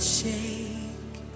shake